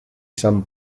san